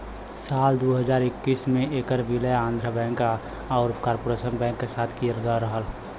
साल दू हज़ार इक्कीस में ऐकर विलय आंध्रा बैंक आउर कॉर्पोरेशन बैंक के साथ किहल गयल रहल